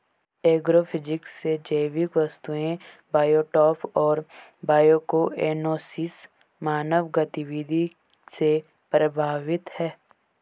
agrophysics से जैविक वस्तुएं बायोटॉप और बायोकोएनोसिस मानव गतिविधि से प्रभावित हैं